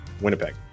Winnipeg